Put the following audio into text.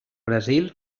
brasil